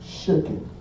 shaking